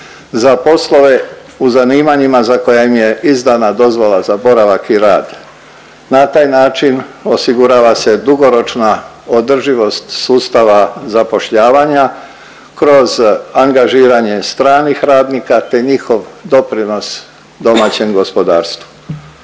za poslove u zanimanjima za koja im je izdana dozvola za boravak i rad. Na taj način osigurava se dugoročna održivost sustava zapošljavanja kroz angažiranje stranih radnika te njihov doprinos domaćem gospodarstvu.